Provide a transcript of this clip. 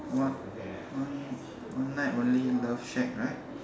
what one one night only love shack right